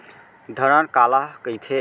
धरण काला कहिथे?